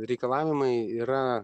reikalavimai yra